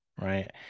right